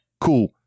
cool